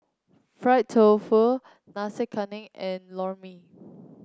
Fried Tofu Nasi Kuning and Lor Mee